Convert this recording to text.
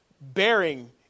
bearing